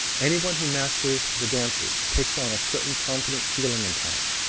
anyone who masters the dances takes on a certain confident feeling in time,